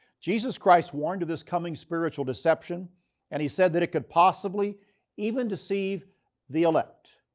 jesus christ warned of this coming spiritual deception and he said that it could possibly even deceive the elect,